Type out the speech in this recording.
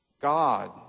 God